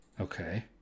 Okay